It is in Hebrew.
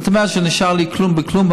זאת אומרת שנשאר כלום מכלום,